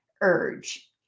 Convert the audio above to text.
urge